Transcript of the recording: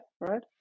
right